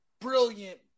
brilliant